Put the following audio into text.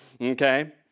Okay